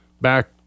back